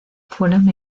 fueron